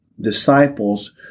Disciples